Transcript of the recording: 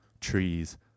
trees